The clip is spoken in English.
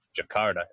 Jakarta